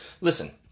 Listen